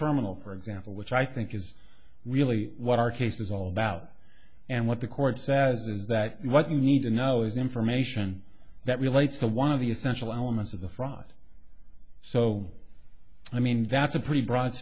terminal for example which i think is really what our case is all about and what the court says is that what you need to know is information that relates to one of the essential elements of the fraud so i mean that's a pretty broad